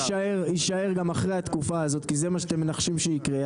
יישאר אחרי התקופה הזאת כי זה מה שאתם מנחשים שיקרה,